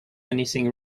anything